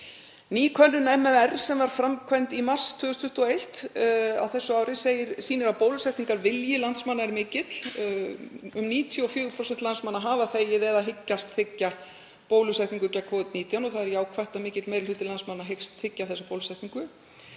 Ný könnun MMR sem var framkvæmd í mars 2021 sýnir að bólusetningarvilji landsmanna er mikill. Um 94% landsmanna hafa þegið eða hyggjast þiggja bólusetningu gegn Covid-19 og það er jákvætt að mikill meiri hluti landsmanna hyggst þiggja þessa bólusetningu.